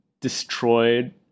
destroyed